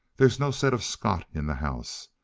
there's no set of scott in the house.